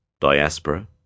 diaspora